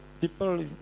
people